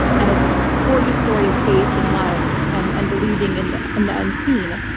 and it's this gorgeous story of faith and love and and believing in the and the unseen.